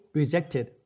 rejected